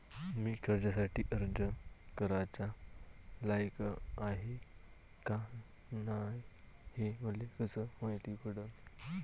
मी कर्जासाठी अर्ज कराचा लायक हाय का नाय हे मले कसं मायती पडन?